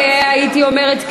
הייתי אומרת,